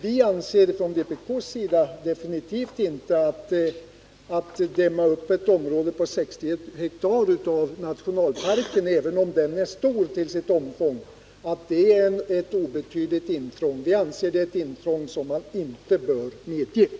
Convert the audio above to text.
Vi anser från vpk:s sida definitivt inte att en uppdämning av ett område på 60 ha inom nationalparken — även om den är stor till sitt omfång — är ett obetydligt intrång. Vi menar att ett sådant intrång inte bör medges.